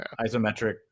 isometric